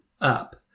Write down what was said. up